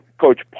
Coach